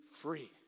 free